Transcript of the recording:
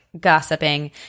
gossiping